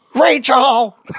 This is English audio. Rachel